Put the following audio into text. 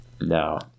No